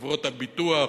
חברות הביטוח,